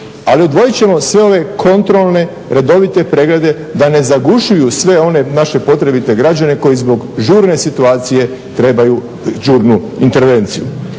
Ali odvojit ćemo sve ove kontrolne, redovite preglede da ne zagušuju sve one naše potrebite građane koji zbog žurne situacije trebaju žurnu intervenciju.